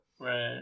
Right